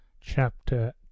chapter